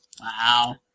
Wow